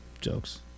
jokes